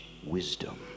wisdom